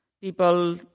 people